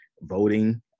Voting